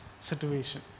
situation